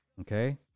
Okay